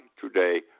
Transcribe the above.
today